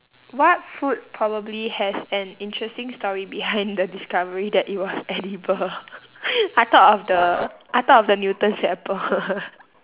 what food probably has an interesting story behind the discovery that it was edible I thought of the I thought of the newton's apple